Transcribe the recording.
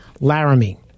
Laramie